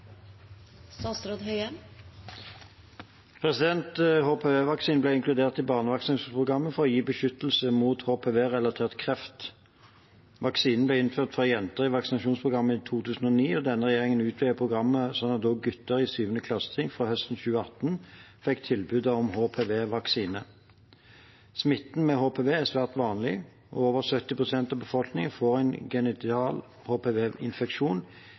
ble inkludert i barnevaksinasjonsprogrammet for å gi beskyttelse mot HPV-relatert kreft. Vaksinen ble innført for jenter i vaksinasjonsprogrammet i 2009, og denne regjeringen utvidet programmet sånn at også gutter i syvende klassetrinn fra høsten 2018 fikk tilbud om HPV-vaksine. Smitten med HPV er svært vanlig. Over 70 pst. av befolkningen får en genital